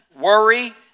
worry